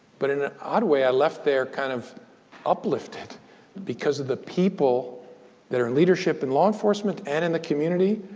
but in an odd way, i left there kind of uplifted because of the people that are in leadership in law enforcement and in the community,